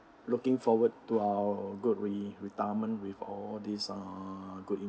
looking forward to our good re~ retirement with all these uh good